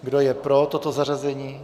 Kdo je pro toto zařazení?